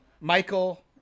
Michael